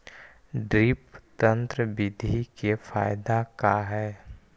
Drip तन्त्र बिधि के फायदा का है?